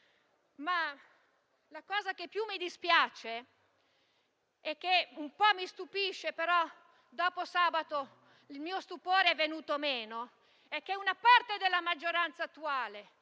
La cosa che più mi dispiace e un po' mi stupisce - ma, dopo sabato, il mio stupore è venuto meno - è che una parte della maggioranza attuale